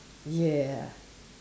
ya